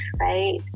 right